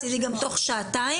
מצידי גם תוך שעתיים.